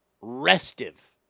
Restive